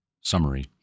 summary